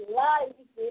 life